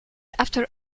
after